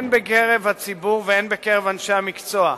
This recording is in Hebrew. הן בקרב בציבור והן בקרב אנשי המקצוע,